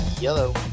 Yellow